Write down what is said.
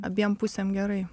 abiem pusėm gerai